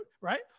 right